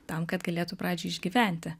tam kad galėtų pradžioj išgyventi